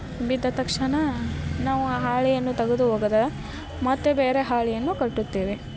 ಬಿದ್ದ ತಕ್ಷಣ ನಾವು ಹಾಳೆಯನ್ನು ತೆಗ್ದು ಒಗೆದು ಮತ್ತೆ ಬೇರೆ ಹಾಳೆಯನ್ನು ಕಟ್ಟುತ್ತೇವೆ